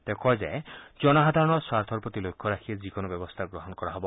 তেওঁ কয় যে জনসাধাৰণৰ স্বাৰ্থৰ প্ৰতি লক্ষ্য ৰাখিয়ে যিকোনো ব্যৱস্থা গ্ৰহণ কৰা হব